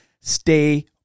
stay